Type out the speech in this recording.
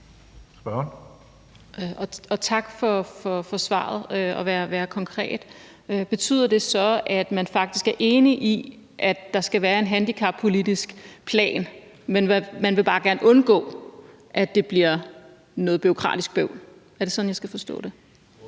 at være konkret. Betyder det så, at man faktisk er enig i, at der skal være en handicappolitisk plan, men at man bare gerne vil undgå, at det bliver noget bureaukratisk bøvl? Er det sådan, jeg skal forstå det?